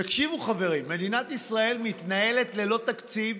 תקשיבו, חברים, מדינת ישראל מתנהלת ללא תקציב